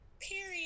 Period